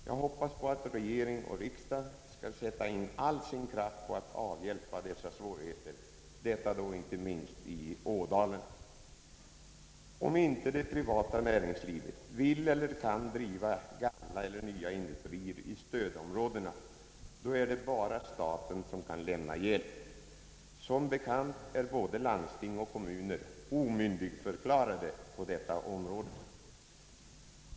Jag hoppas att regering och riksdag skall sätta in all sin kraft på att avhjälpa dessa svårigheter, detta då inte minst i Ådalen. Om inte det privata näringslivet vill eller kan driva gamla eller nya industrier i stödområdena, då är det bara staten som kan lämna hjälp; både landsting och kommuner är som bekant omyndigförklarade på detta område.